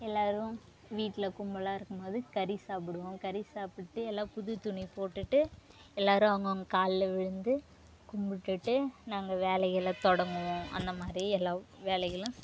எல்லாரும் வீட்டில கும்பலாக இருக்கும்போது கறி சாப்பிடுவோம் கறி சாப்பிட்டு எல்லாம் புதுத் துணி போட்டுகிட்டு எல்லாரும் அவங்கவுங் கால்ல விழுந்து கும்பிட்டுட்டு நாங்க வேலைகளை தொடங்குவோம் அந்தமாதிரி எல்லா வேலைகளும்